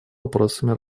вопросами